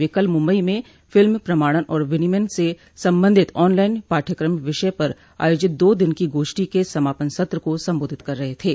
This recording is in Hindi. वे कल मुम्बई म फिल्म प्रमाणन और विनियमन से संबंधित ऑनलाइन पाठ्यक्रम विषय पर आयोजित दो दिन की गोष्ठी के समापन सत्र को सम्बोधित कर रहे थे